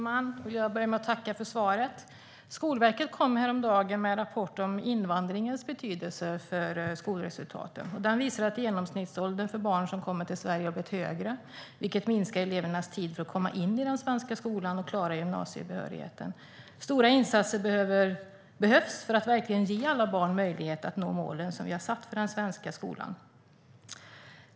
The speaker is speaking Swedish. Herr talman! Jag börjar med att tacka för svaret. Skolverket kom häromdagen med en rapport om invandringens betydelse för skolresultaten. Den visar att genomsnittsåldern för barn som kommer till Sverige har blivit högre, vilket minskar elevernas tid för att komma in i den svenska skolan och klara gymnasiebehörigheten. Stora insatser behövs för att verkligen ge alla barn möjlighet att nå målen som vi har satt för den svenska skolan.